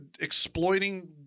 exploiting